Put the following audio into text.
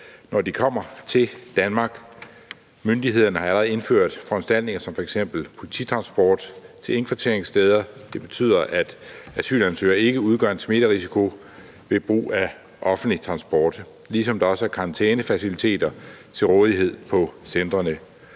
når de kommer til Danmark. Myndighederne har allerede indført foranstaltninger som f.eks. polititransport til indkvarteringssteder. Det betyder, at asylansøgere ikke udgør en smitterisiko ved brug af offentlig transport, ligesom der også er karantænefaciliteter til rådighed på centrene.